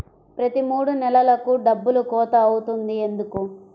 ప్రతి మూడు నెలలకు డబ్బులు కోత అవుతుంది ఎందుకు?